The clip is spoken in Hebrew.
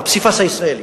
הפסיפס הישראלי,